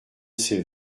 ses